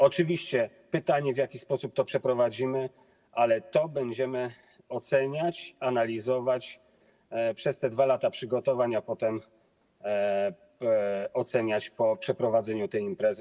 Oczywiście jest pytanie, w jaki sposób to przeprowadzimy, ale to będziemy oceniać, analizować przez te 2 lata przygotowań, a potem oceniać po przeprowadzeniu tej imprezy.